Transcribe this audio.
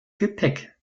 gepäck